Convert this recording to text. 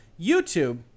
YouTube